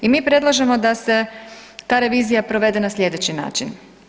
I mi predlažemo da se ta revizija provede na slijedeći način.